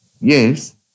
Yes